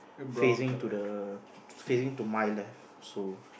facing to the facing to my left so